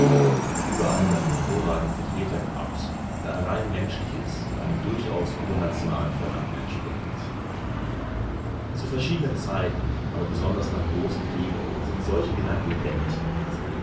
er hat überall seine hervorragenden vertreter gehabt da er rein menschlich ist und einem durchaus übernationalen verlangen entspringt zu verschiedenen zeiten aber besonders nach großen kriegen sind solche gedanken lebendig gewesen